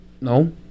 no